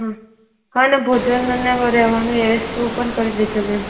હા હા ને ભોજનનું ને હવે રહેવાનું ઓપન કરી દેજો મેમ